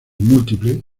múltiple